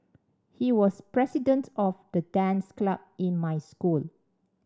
he was president of the dance club in my school